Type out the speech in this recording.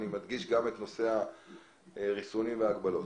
כולל נושא הריסונים וההגבלות.